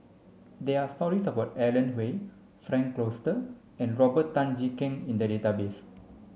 there are stories about Alan Oei Frank Cloutier and Robert Tan Jee Keng in the database